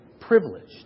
privileged